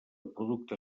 producte